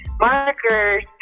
markers